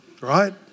Right